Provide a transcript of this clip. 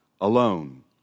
alone